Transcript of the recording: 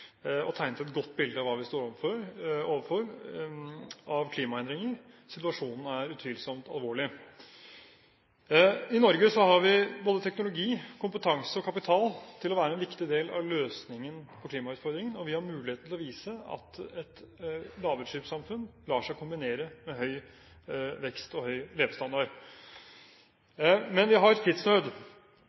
og tegnet et godt bilde av hva vi står overfor av klimaendringer. Situasjonen er utvilsomt alvorlig. I Norge har vi både teknologi, kompetanse og kapital til å være en viktig del av løsningen på klimautfordringene, og vi har mulighet til å vise at et lavutslippssamfunn lar seg kombinere med høy vekst og høy levestandard. Men vi har tidsnød,